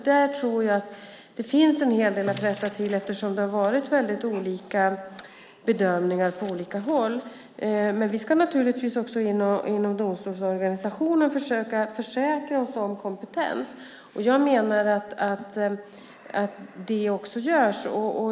Där tror jag att det finns en hel del att rätta till eftersom det har varit väldigt olika bedömningar på olika håll. Vi ska naturligtvis inom domstolsorganisationen försöka försäkra oss om kompetens. Jag menar att det också görs.